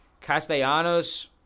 Castellanos